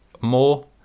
more